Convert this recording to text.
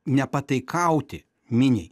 nepataikauti miniai